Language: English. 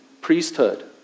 priesthood